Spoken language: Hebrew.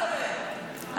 לצוות הוועדה,